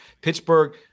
Pittsburgh